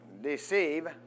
Deceive